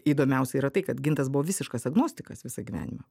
įdomiausia yra tai kad gintas buvo visiškas agnostikas visą gyvenimą